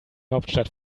hauptstadt